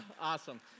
awesome